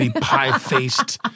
pie-faced